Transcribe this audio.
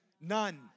none